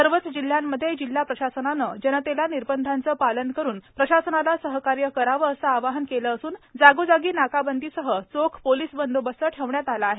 सर्वच जिल्ह्यांमध्ये जिल्हा प्रशासनानं जनतेला निर्बंधांचं पालन करून प्रशासनास सहकार्य करावं असं आवाहन केलं असून जागोजागी नाकाबंदीसह चोख पोलीस बंदोबस्त ठेवण्यात आला आहे